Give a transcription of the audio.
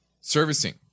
servicing